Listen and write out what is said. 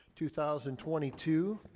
2022